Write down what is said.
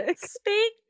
speak